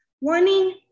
wanting